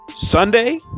sunday